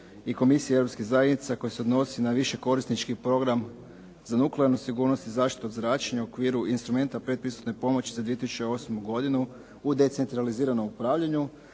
i Komisije Europskih zajednica koji se odnosi na dio višekorisničkog programa za nuklearnu sigurnost i zaštitu od zračenja u okviru instrumenata pretpristupne pomoći za 2008. godinu (decentralizirano upravljanje)